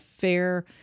fair